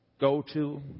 go-to